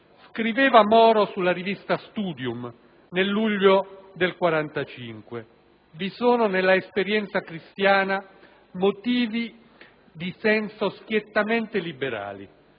Scriveva Moro sulla rivista «Studium» nel luglio del 1945: «Vi sono nella esperienza cristiana motivi di questo senso schiettamente liberali,